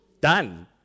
Done